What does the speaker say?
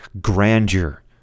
grandeur